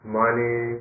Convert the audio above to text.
money